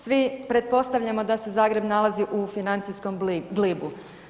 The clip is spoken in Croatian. Svi pretpostavljamo da se Zagreb nalazi u financijskom glibu.